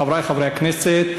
חברי חברי הכנסת,